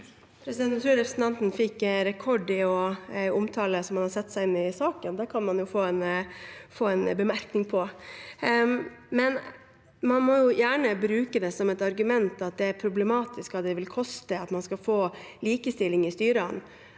tror jeg re- presentanten fikk rekord i å omtale at man har satt seg inn i saken. Det kan han jo få en bemerkning på. Man må gjerne bruke det som et argument at det er problematisk hva det vil koste å få likestilling i styrene.